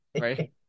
Right